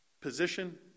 position